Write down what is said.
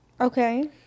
Okay